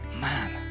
Man